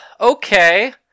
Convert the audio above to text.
okay